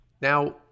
Now